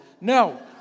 No